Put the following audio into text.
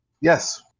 Yes